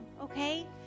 okay